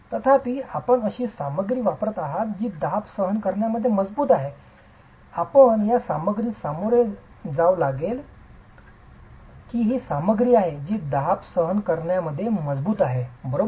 तथापि आपण अशी सामग्री वापरत आहात जी दाब सहन करण्यामध्ये मजबूत आहे आपण या सामग्रीस सामोरे जाव लागेल की ही एक सामग्री आहे जी दाब सहन करण्यामध्ये मजबूत आहे बरोबर